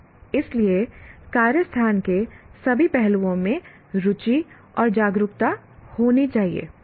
इसलिए कार्य स्थान के सभी पहलुओं में रुचि और जागरूकता होनी चाहिए